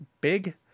big